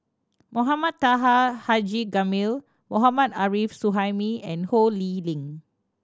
Mohamed Taha Haji Jamil Mohammad Arif Suhaimi and Ho Lee Ling